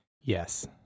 Yes